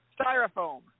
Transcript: styrofoam